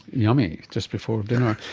yummy! just before dinner.